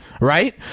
right